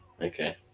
Okay